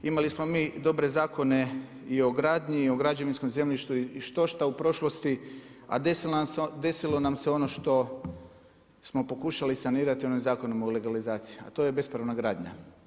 Imali smo mi dobre zakone i o gradnji i o građevinskom zemljištu i štošta u prošlosti, a desilo nam se ono što smo pokušali sanirati onim Zakonom o legalizaciji, a to je bespravna gradnja.